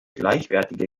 gleichwertige